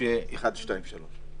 שפורטו כאן".